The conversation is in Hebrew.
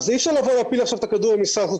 אז אי אפשר לבוא ולהפיל את הכדור על משרד החוץ,